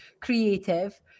creative